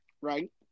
right